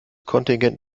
kontingent